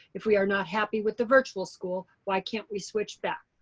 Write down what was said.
if we are not happy with the virtual school, why can't we switch back?